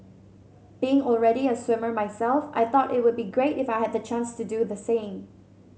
being already a swimmer myself I thought it would be great if I had the chance to do the same